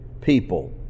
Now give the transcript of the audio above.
people